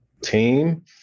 team